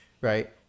right